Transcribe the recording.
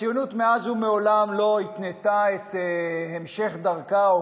הציונות מאז ומעולם לא התנתה את המשך דרכה או